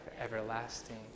everlasting